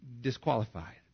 disqualified